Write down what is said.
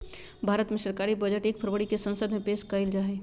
भारत मे सरकारी बजट एक फरवरी के संसद मे पेश कइल जाहई